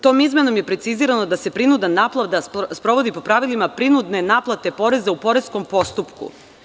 Tom izmenom je precizirano da se prinudna naplata sprovodi po pravilima prinudne naplate poreza u poreskom postupku.